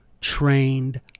trained